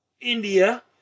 India